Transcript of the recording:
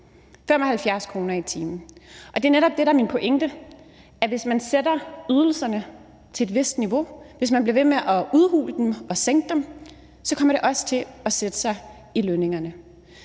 75 kr. i timen. Og det er netop det, der er min pointe: Hvis man sætter ydelserne til et vist niveau, hvis man bliver ved med at udhule dem og sænke dem, så kommer det også til at sætte sig i lønningerne.